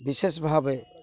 ବିଶେଷ ଭାବେ